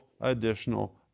additional